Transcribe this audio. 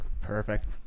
perfect